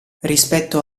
rispetto